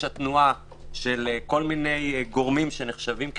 התנועה של כל מיני גורמים שנחשבים חריגים,